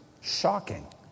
Shocking